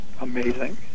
amazing